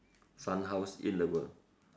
fun house in the world